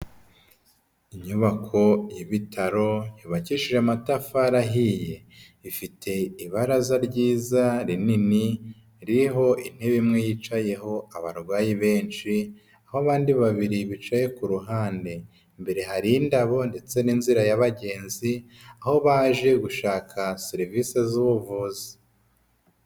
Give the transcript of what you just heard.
Inyubako y'ibitaro yubakishije amatafari ahiye, ifite ibaraza ryiza rinini, ririho intebe imwe yicayeho abarwayi benshi aho abandi babiri bicaye, ku ruhande imbere hari indabo ndetse n'inzira y'abagenzi aho baje gushaka serivisi z'ubuvuzi.